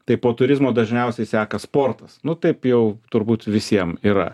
tai po turizmo dažniausiai seka sportas nu taip jau turbūt visiem yra